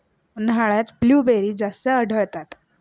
उन्हाळ्यात ब्लूबेरी जास्त आढळतात